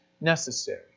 necessary